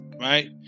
right